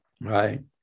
Right